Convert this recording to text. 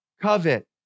covet